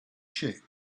shape